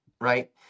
right